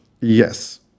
Yes